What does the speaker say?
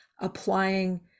applying